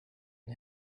and